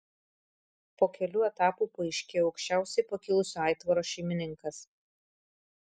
po kelių etapų paaiškėjo aukščiausiai pakilusio aitvaro šeimininkas